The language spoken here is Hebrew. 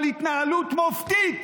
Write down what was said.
על התנהלות מופתית